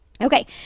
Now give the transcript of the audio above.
Okay